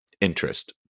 interest